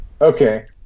Okay